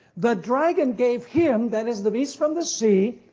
the dragon gave him, that is the beast from the sea,